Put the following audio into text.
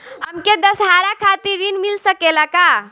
हमके दशहारा खातिर ऋण मिल सकेला का?